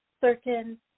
certain